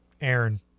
Aaron